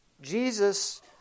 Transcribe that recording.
Jesus